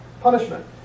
punishment